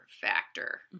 factor